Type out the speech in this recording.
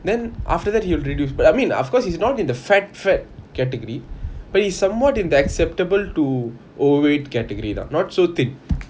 then after that he would reduce but I mean of course he's not into fat fat category but he's somewhat in that acceptable to overweight category lah not so thin